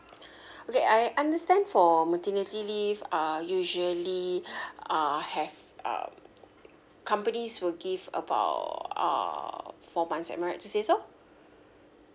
okay I understand for maternity leave uh usually uh have uh companies will give about uh four months am I right to say so